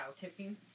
tipping